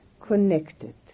connected